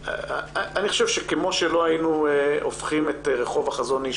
אני חושב שכמו שלא היינו הופכים את רחוב החזון איש